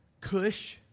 Cush